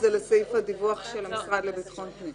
זה לסעיף הדיווח של המשרד לביטחון הפנים.